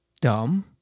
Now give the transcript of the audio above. Dumb